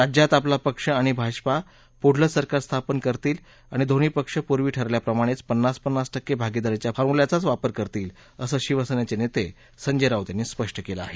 राज्यात आपला पक्ष आणि भाजपा पुढलं सरकार स्थापन करतील आणि दोन्ही पक्ष पूर्वी ठरल्याप्रमाणे पन्नास पन्नास टक्के भागीदारीच्या फॉर्म्युल्याचाच वापर करतील असं शिवसेनेचे नेते संजय राऊत यांनी स्पष्ट केलं आहे